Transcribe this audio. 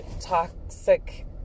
toxic